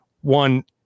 one